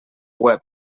web